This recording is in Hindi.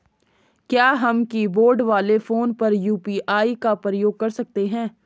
क्या हम कीबोर्ड वाले फोन पर यु.पी.आई का प्रयोग कर सकते हैं?